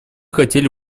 хотели